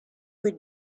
would